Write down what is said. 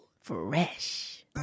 Fresh